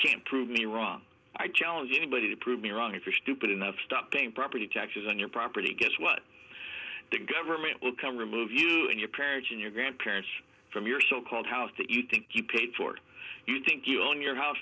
can prove me wrong i challenge anybody to prove me wrong if you're stupid enough stop paying property taxes on your property guess what the government will come remove you and your parents and your grandparents from your so called house that you think you paid for it you think you own your house